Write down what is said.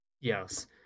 Yes